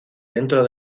dentro